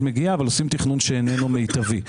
מגיעה אבל עושים תכנון שאיננו מיטבי.